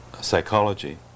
psychology